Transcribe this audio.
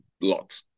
lot